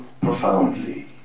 profoundly